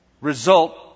result